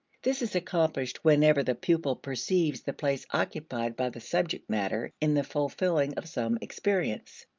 this is accomplished whenever the pupil perceives the place occupied by the subject matter in the fulfilling of some experience.